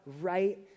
right